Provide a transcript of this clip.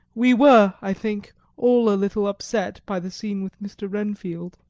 we were, i think, all a little upset by the scene with mr. renfield.